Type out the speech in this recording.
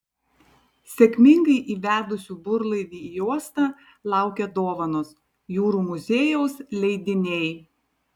sėkmingai įvedusių burlaivį į uostą laukia dovanos jūrų muziejaus leidiniai